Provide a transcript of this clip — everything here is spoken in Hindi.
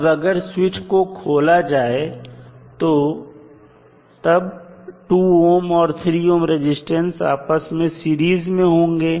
अब अगर स्विच को खोला जाए तो तब 2 ohm और 3 ohm रजिस्टेंस आपस में सीरीज में होंगे